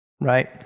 right